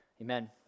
Amen